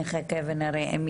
נחכה ונראה.